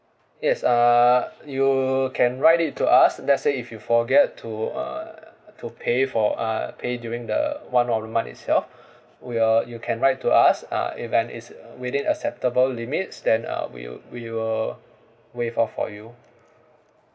yes uh you can write it to us let's say if you forget to uh to pay for uh pay during the one of the month itself we uh you can write to us uh if when it's within an acceptable limits then uh we will we will waive off for you